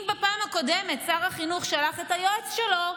אם בפעם הקודמת שר החינוך שלח את היועץ שלו,